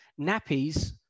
nappies